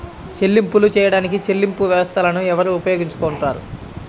చెల్లింపులు చేయడానికి చెల్లింపు వ్యవస్థలను ఎవరు ఉపయోగించుకొంటారు?